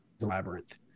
labyrinth